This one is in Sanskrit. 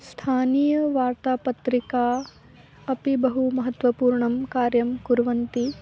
स्थानीयवार्तापत्रिका अपि बहु महत्वपूर्णं कार्यं कुर्वन्ति